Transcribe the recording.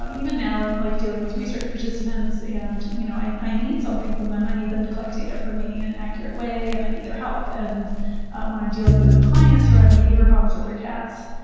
um even now i'm like dealing with research participants, and you know, i i need something from them. i need them to collect data for me in an accurate way, and i need their help. and when i'm dealing with clients who are having behavior problems with their cats,